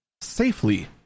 safely